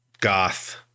goth